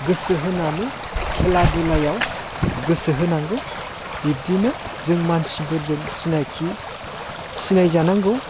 गोसो होनानै खेला दुलायाव गोसो होनांगौ बिबदिनो जों मानसिफोरजों सिनायखि सिनाय जानांगौ